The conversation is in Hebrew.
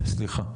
סליחה.